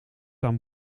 aan